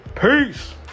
peace